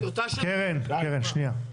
קרן, שנייה.